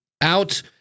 out